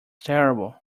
terrible